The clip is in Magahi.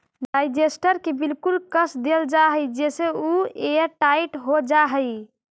डाइजेस्टर के बिल्कुल कस देल जा हई जेसे उ एयरटाइट हो जा हई